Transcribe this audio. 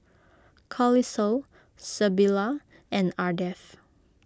Carlisle Sybilla and Ardeth